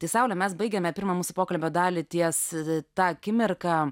tai saule mes baigiame pirmą mūsų pokalbio dalį ties ta akimirka